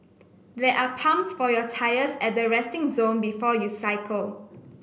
there are pumps for your tyres at the resting zone before you cycle